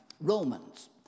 Romans